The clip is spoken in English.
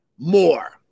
more